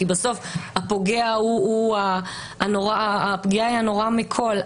כי בסוף הפגיעה היא הנוראה מכל,